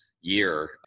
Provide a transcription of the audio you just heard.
year